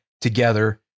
together